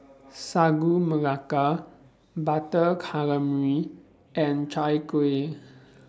Sagu Melaka Butter Calamari and Chai Kueh